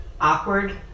awkward